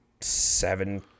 seven